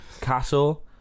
Castle